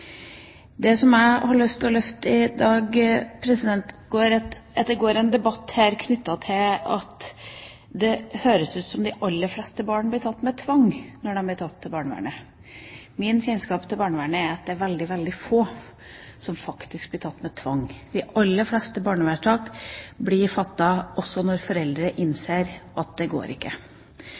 Det som jeg har lyst til å løfte i dag, er at det pågår en debatt der det høres ut som om de aller fleste barn blir tatt med tvang når de blir tatt av barnevernet. Mitt kjennskap til barnevernet er at det er veldig, veldig få som faktisk blir tatt med tvang. De aller fleste barnevernsvedtak blir fattet også når foreldre innser at det ikke går.